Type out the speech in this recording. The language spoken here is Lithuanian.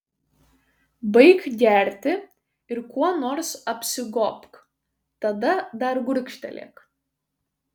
baik gerti ir kuo nors apsigobk tada dar gurkštelėk